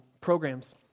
programs